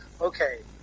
okay